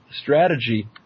strategy